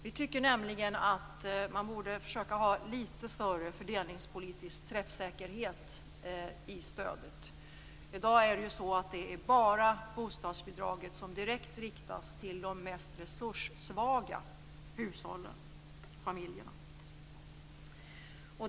Vi tycker nämligen att man borde försöka ha litet större fördelningspolitisk träffsäkerhet i stödet. I dag är det bara bostadsbidraget som direkt riktas till de mest resurssvaga hushållen och familjerna.